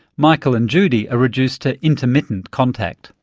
michael and judy are reduced to intermittent contact.